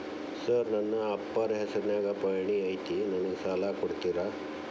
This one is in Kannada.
ಸರ್ ನನ್ನ ಅಪ್ಪಾರ ಹೆಸರಿನ್ಯಾಗ್ ಪಹಣಿ ಐತಿ ನನಗ ಸಾಲ ಕೊಡ್ತೇರಾ?